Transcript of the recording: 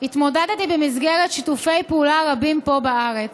התמודדתי במסגרת שיתופי פעולה רבים פה בארץ,